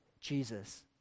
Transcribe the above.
Jesus